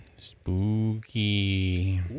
Spooky